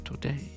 today